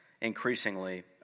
increasingly